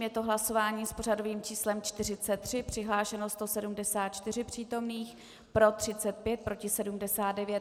Je to hlasování s pořadovým číslem 43, přihlášeno 174 přítomných, pro 35, proti 79.